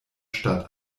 stadt